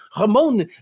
Ramon